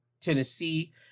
Tennessee